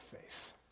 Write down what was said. face